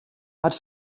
hat